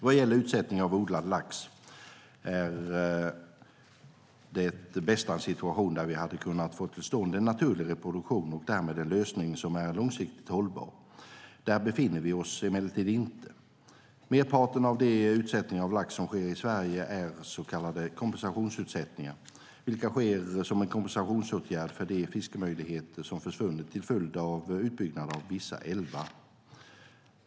Vad gäller utsättning av odlad lax vore det bästa en situation där vi hade kunnat få till stånd en naturlig reproduktion och därmed en lösning som är långsiktigt hållbar. Där befinner vi oss emellertid inte. Merparten av de utsättningar av lax som sker i Sverige är så kallade kompensationsutsättningar, vilka sker som en kompensationsåtgärd för de fiskemöjligheter som försvunnit till följd av utbyggnad av vissa älvar.